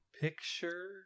picture